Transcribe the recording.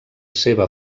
seva